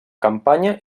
campanya